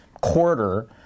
quarter